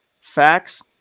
facts